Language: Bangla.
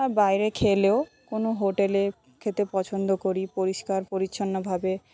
আর বাইরে খেলেও কোনো হোটেলে খেতে পছন্দ করি পরিষ্কার পরিচ্ছন্নভাবে